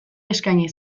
eskaini